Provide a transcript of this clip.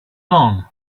along